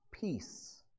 peace